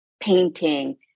painting